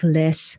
less